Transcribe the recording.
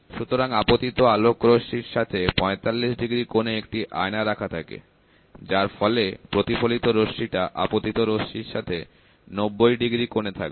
সুতরাং আপতিত আলোক রশ্মি র সাথে 45 ডিগ্রী কোণে একটি আয়না রাখা থাকে যার ফলে প্রতিফলিত রশ্মি টা আপতিত রশ্মির সাথে 90 ডিগ্রি কোণে থাকবে